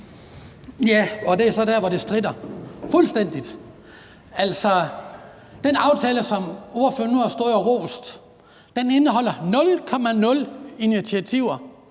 Ja, og det er så der, hvor det stritter fuldstændig. Altså, den aftale, som ordføreren nu har stået og rost, indeholder nul komma